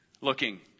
looking